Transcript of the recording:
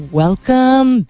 welcome